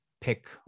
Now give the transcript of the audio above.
pick